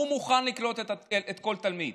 הוא מוכן לקלוט כל תלמיד.